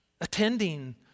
attending